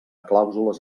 clàusules